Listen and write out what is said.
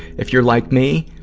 if you're like me,